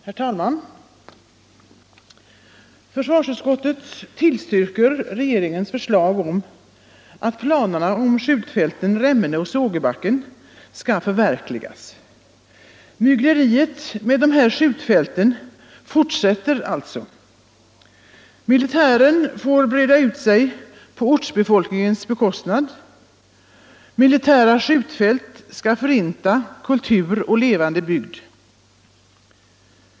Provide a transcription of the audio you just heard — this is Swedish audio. Herr talman! Försvarsutskottet tillstyrker regeringens förslag att planerna rörande skjutfälten Remmene och Sågebacken skall förverkligas. Mygleriet med de här skjutfälten fortsätter alltså. Militären får breda ut sig på ortsbefolkningens bekostnad. Militära skjutfält skall förinta kultur och levande bygd.